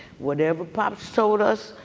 whatever pops told us,